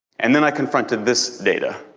and then i confronted this data,